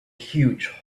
huge